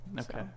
okay